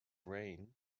reign